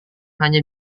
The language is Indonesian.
hanya